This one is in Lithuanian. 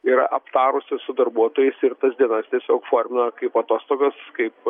yra aptarusios su darbuotojais ir tas dienas tiesiog formina kaip atostogas kaip